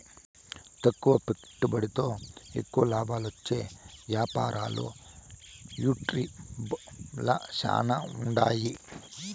తక్కువ పెట్టుబడితో ఎక్కువ లాబాలొచ్చే యాపారాలు యూట్యూబ్ ల శానా ఉండాయి